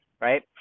right